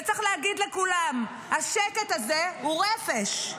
צריך להגיד לכולם, השקט הזה הוא רפש.